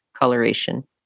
coloration